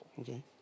Okay